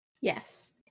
Yes